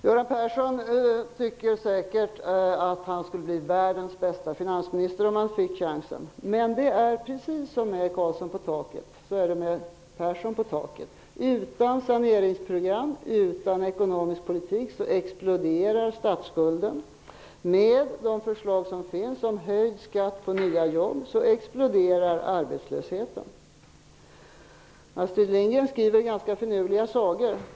Göran Persson tycker säkert att han skulle bli världens bästa finansminister om han fick chansen. Men precis som det är med Karlsson på taket är det med Persson på taket. Utan saneringsprogram, utan ekonomisk politik exploderar statsskulden. Med de förslag som finns om höjd skatt på nya jobb exploderar arbetslösheten. Astrid Lindgren skriver ganska finurliga sagor.